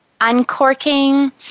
uncorking